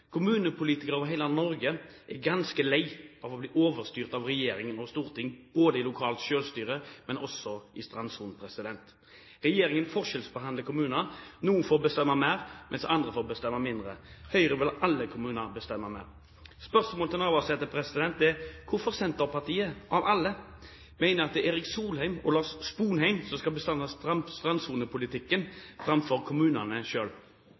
Kommunepolitikere over hele Norge er ganske lei av å bli overstyrt av regjeringen og Stortinget i lokalt selvstyre, også når det gjelder strandsonen. Regjeringen forskjellsbehandler kommuner. Noen får bestemme mer, mens andre får bestemme mindre. Høyre vil at alle kommuner skal bestemme mer. Spørsmålet til Navarsete er hvorfor Senterpartiet – av alle – mener at det er Erik Solheim og Lars Sponheim som skal bestemme strandsonepolitikken framfor kommunene